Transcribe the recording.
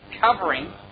covering